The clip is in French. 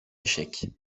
échec